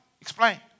Explain